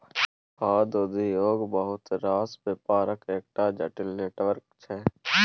खाद्य उद्योग बहुत रास बेपारक एकटा जटिल नेटवर्क छै